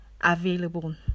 available